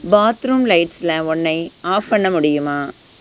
bathroom லைட்ஸில் ஒன்றை off பண்ண முடியுமா